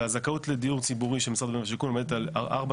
הזכאות לדיור ציבורי של משרד הבינוי והשיכון עומדת על ארבע